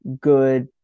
good